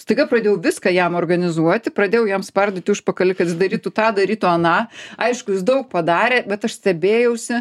staiga pradėjau viską jam organizuoti pradėjau jam spardyti užpakalį kad jis darytų tą darytų aną aišku jis daug padarė bet aš stebėjausi